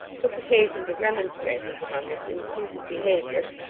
took occasion to remonstrate with him on this imprudent behaviour,